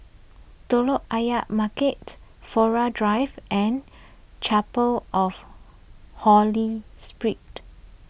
Telok Ayer Market Flora Drive and Chapel of Holy Spirit